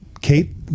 Kate